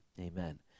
amen